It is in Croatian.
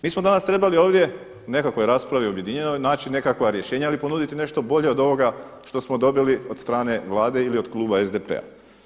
Mi smo danas trebali ovdje u nekakvoj raspravi objedinjenoj naći nekakva rješenja ali ponuditi nešto bolje od ovoga što smo dobili od strane Vlade ili od Kluba SDP-a.